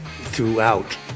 throughout